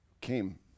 came